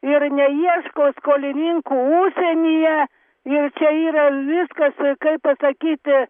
ir neieško skolininkų užsienyje jau čia yra viskas kaip pasakyti